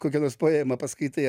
kokią nors poemą paskaitai